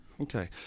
Okay